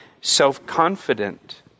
self-confident